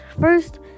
First